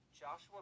Joshua